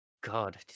God